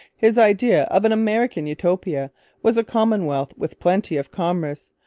his idea of an american utopia was a commonwealth with plenty of commerce,